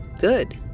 Good